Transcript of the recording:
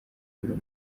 ibiro